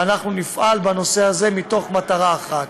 ואנחנו נפעל בנושא הזה מתוך מטרה אחת.